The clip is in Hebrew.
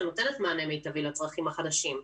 שנותנת מענה מיטבי לצרכים החדשים.